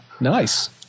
nice